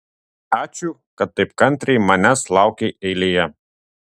ačiū kad taip kantriai manęs laukei eilėje